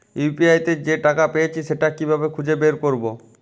UPI তে যে টাকা পেয়েছি সেটা কিভাবে খুঁজে বের করবো?